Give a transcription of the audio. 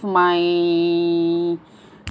my